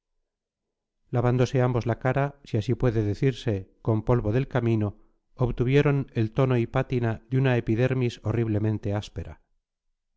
lavándose ambos la cara si así puede decirse con polvo del camino obtuvieron el tono y pátina de una epidermis horriblemente áspera